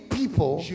people